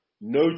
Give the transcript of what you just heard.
no